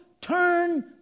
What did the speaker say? turn